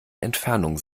entfernung